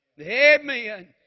Amen